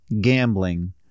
gambling